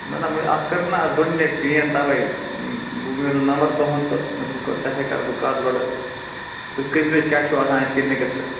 نہ نہ وۄنۍ اَتھ کٔرٕن نہ آز گۄڈٕنِچ پین تَوَے وۄنۍ مِلیو نمبر تُہُنٛد تہٕ مےٚ دوٚپ گۄڈٕ تۄہہِ سۭتۍ کَرٕ بہٕ کَتھ گۄڈٕ تُہۍ کٔژِ بَجہِ کیٛاہ چھُو آسان اَتہِ کِلنِکَس پٮ۪ٹھ